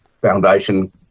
Foundation